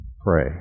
Pray